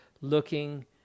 looking